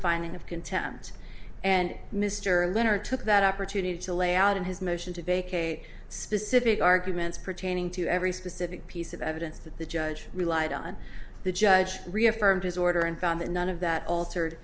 finding of contempt and mr lennard took that opportunity to lay out in his motion to vacate specific arguments pertaining to every specific piece of evidence that the judge relied on the judge reaffirmed his order and found that none of that altered